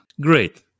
Great